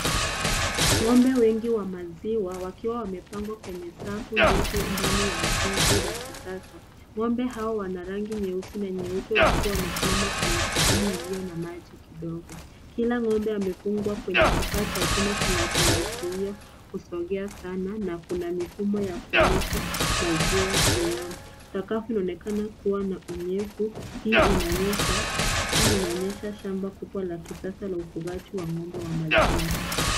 Ng'ombe wengi wa maziwa wakiwa wamepangwa kwenye safu ndefu ndani ya ziziz la kisasa. Ng'ombe hao wana rangi nyeusi na nyeupe wakiwa wamesimama kwenye sehemu iliyo na maji kidogo. Kila ng'ombe amefungwa kwenye kifaa cha chuma kinachowazuia kusongea sana na kuna mifumo ya kuonyesha maziwa juu yao. Sakafu yaonekana kuwa na unyevu hii inaonyesha shamba kubwa la kisasa la ufugaji wa ng'ombe wa maziwa.